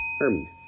Hermes